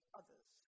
others